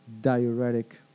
diuretic